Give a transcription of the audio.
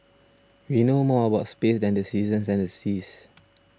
we know more about space than the seasons and the seas